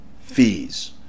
fees